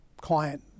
client